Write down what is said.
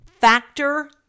Factor